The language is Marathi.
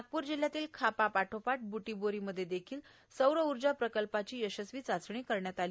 नागपूर जिल्हयात खापा पाठोपाठ ब्रुटीबोरीमध्ये देखील सौरऊर्जा प्रकल्पाची यशस्वी चाचणी करण्यात आली